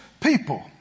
people